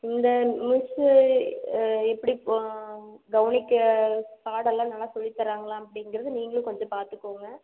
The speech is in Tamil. இந்த மிஸ்ஸு எப்படி கவனிக்க பாடமெலாம் நல்லா சொல்லி தராங்களா அப்படிங்கிறது நீங்களும் கொஞ்சம் பார்த்துக்கோங்க